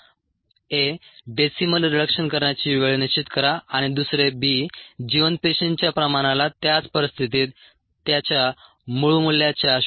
A decimal reduction करण्याची वेळ निश्चित करा आणि दुसरे जिवंत पेशींच्या प्रमाणाला त्याच परिस्थितीत त्याच्या मूळ मूल्याच्या 0